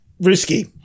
risky